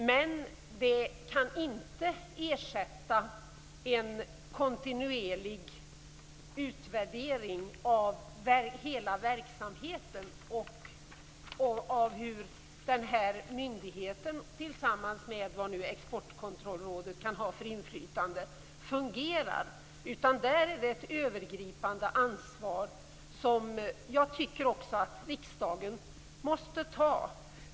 Men det kan inte ersätta en kontinuerlig utvärdering av hela verksamheten och av hur myndigheten fungerar, tillsammans med Exportkontrollrådets inflytande, vad nu det kan vara. Det är fråga om ett övergripande ansvar, som jag anser att också riksdagen måste ta.